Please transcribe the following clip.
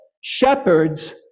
shepherds